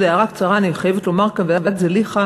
עוד הערה קצרה אני חייבת לומר כאן: ועדת זליכה